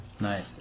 Nice